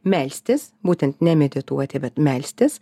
melstis būtent ne medituoti bet melstis